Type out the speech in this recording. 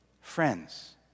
Friends